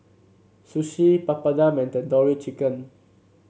Sushi Papadum and Tandoori Chicken